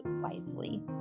wisely